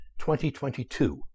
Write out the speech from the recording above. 2022